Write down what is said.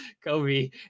Kobe